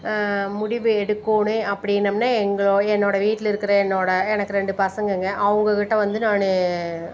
முடிவு எடுக்கணும் அப்படின்னம்னா எங்கள என்னோட வீட்டில் இருக்கிற என்னோட எனக்கு ரெண்டு பசங்கங்க அவங்க கிட்டே வந்து நான்